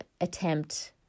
attempt